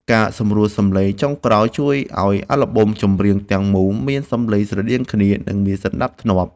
ការសម្រួលសំឡេងចុងក្រោយជួយឱ្យអាល់ប៊ុមចម្រៀងទាំងមូលមានសំឡេងស្រដៀងគ្នា និង មានសណ្ដាប់ធ្នាប់។